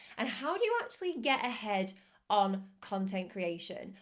and how do you actually get ahead on content creation?